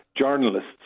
journalists